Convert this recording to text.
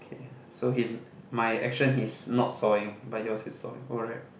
K ah so his my action he's not sawing but yours is sawing oh right